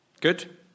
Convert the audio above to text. good